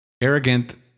Arrogant